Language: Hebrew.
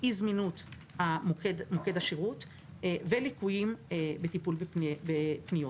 אי זמינות מוקד השירות, וליקויים בטיפול בפניות.